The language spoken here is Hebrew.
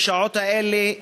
בשעות האלה,